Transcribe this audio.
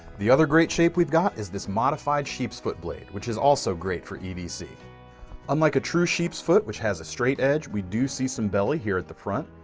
the other great shape we've got is this modified sheepsfoot blade which is also great for edc unlike a true sheepsfoot which has a straight edge we do see some belly here at the front.